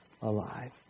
alive